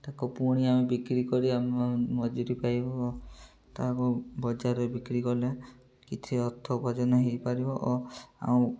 ତାକୁ ପୁଣି ଆମେ ବିକ୍ରି କରି ଆମେ ମଜୁରୀ ପାଇବ ତାହାକୁ ବଜାରରେ ବିକ୍ରି କଲେ କିଛି ଅର୍ଥ ଉପାର୍ଜନ ହେଇପାରିବ ଓ ଆଉ